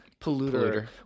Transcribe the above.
polluter